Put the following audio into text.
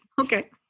Okay